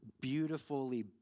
beautifully